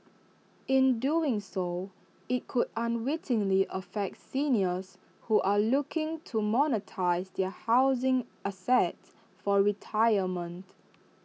in doing so IT could unwittingly affect seniors who are looking to monetise their housing assets for retirement